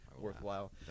worthwhile